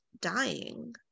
dying